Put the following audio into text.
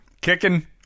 kicking